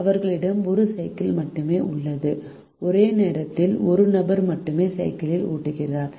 அவர்களிடம் 1 சைக்கிள் மட்டுமே உள்ளது ஒரே நேரத்தில் 1 நபர் மட்டுமே சைக்கிள் ஓட்டுகிறார்